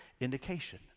indication